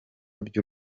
by’u